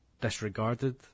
disregarded